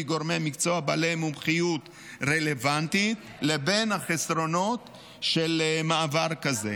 גורמי מקצוע בעלי מומחיות רלוונטית לבין החסרונות של מעבר כזה,